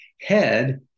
Head